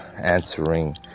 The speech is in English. answering